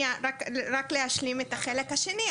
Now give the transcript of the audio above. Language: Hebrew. רק להשלים את החלק השני,